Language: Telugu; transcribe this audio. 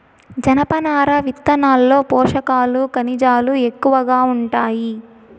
జనపనార విత్తనాల్లో పోషకాలు, ఖనిజాలు ఎక్కువగా ఉంటాయి